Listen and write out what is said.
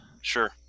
sure